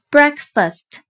Breakfast